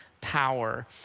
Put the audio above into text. power